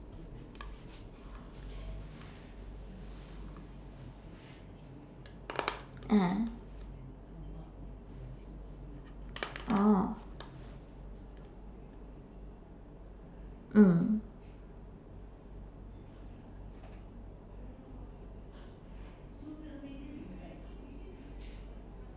ah oh mm